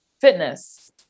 fitness